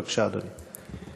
בבקשה, אדוני.